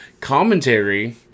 Commentary